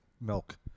milk